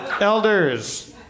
elders